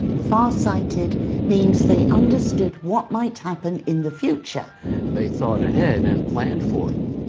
far-sighted means they understood what might happen in the future they thought ahead and planned for it.